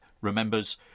remembers